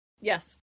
Yes